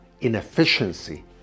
inefficiency